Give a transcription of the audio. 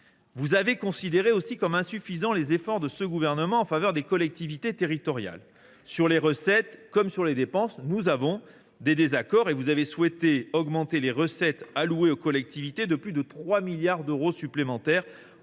Vous avez considéré comme insuffisants les efforts de ce gouvernement en faveur des collectivités territoriales. Eh oui ! Sur les recettes comme sur les dépenses, nous avons des désaccords. Vous avez souhaité augmenter les recettes allouées aux collectivités de 3 milliards d’euros supplémentaires